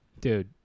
Dude